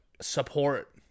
support